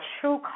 true